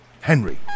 Henry